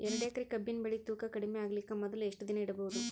ಎರಡೇಕರಿ ಕಬ್ಬಿನ್ ಬೆಳಿ ತೂಕ ಕಡಿಮೆ ಆಗಲಿಕ ಮೊದಲು ಎಷ್ಟ ದಿನ ಇಡಬಹುದು?